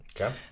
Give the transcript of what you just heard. Okay